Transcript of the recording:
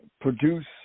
Produce